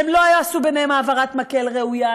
הם לא יעשו ביניהם העברת מקל ראויה,